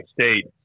State